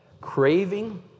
craving